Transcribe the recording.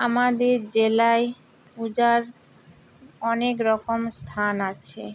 আমাদের জেলায় পূজার অনেক রকম স্থান আছে